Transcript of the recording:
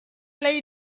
lay